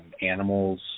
animals